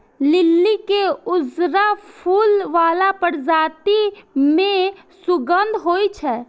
लिली के उजरा फूल बला प्रजाति मे सुगंध होइ छै